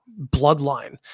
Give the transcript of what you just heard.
bloodline